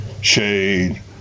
shade